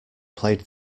played